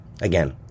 Again